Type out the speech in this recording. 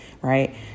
right